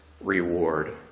reward